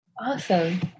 Awesome